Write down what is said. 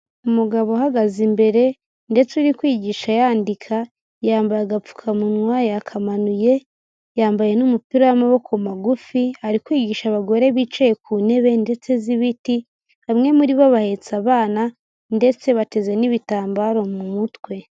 Umugabo uhagaze imbere ndetse uri kwigisha yandika yambaye agapfukamunwa yakamanuye, yambaye n'umupira w'amaboko magufi ari kwigisha abagore bicaye ku ntebe, ndetse z'ibiti bamwe muri bo bahetse abana ndetse bateze n'ibitambaro mu mutwe.